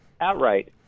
outright